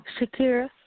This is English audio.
Shakira